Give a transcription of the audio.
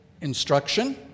instruction